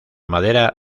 madera